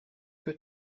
que